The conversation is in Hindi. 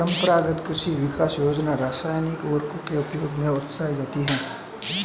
परम्परागत कृषि विकास योजना रासायनिक उर्वरकों के उपयोग को हतोत्साहित करती है